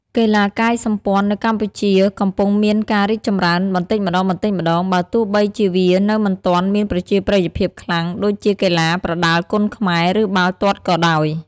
កីឡាកាយសម្ព័ន្ធនៅកម្ពុជាកំពុងមានការរីកចម្រើនបន្តិចម្តងៗ បើទោះបីជាវានៅមិនទាន់មានប្រជាប្រិយភាពខ្លាំងដូចជាកីឡាប្រដាល់គុនខ្មែរ ឬបាល់ទាត់ក៏ដោយ។